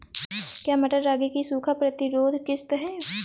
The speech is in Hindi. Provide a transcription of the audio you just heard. क्या मटर रागी की सूखा प्रतिरोध किश्त है?